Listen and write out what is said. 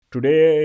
Today